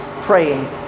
praying